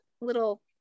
little